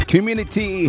Community